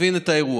שתבין את האירוע.